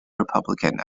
republican